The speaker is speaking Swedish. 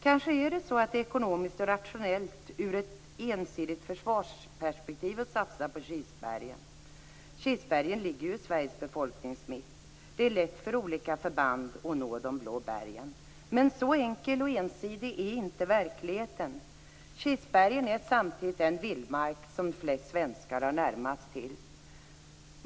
Kanske är det ekonomiskt och rationellt ur ett ensidigt försvarsperspektiv att satsa på Kilsbergen. Kilsbergen ligger i Sveriges befolkningsmitt. Det är lätt för olika förband att nå de blå bergen. Men så enkel och ensidig är inte verkligheten. Kilsbergen är samtidigt den vildmark som flest svenskar har närmast till.